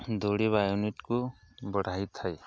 ଦୌଡ଼ିବା ୟୁନିଟ୍କୁ ବଢ଼ାଇ ଥାଏ